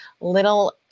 little